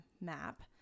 map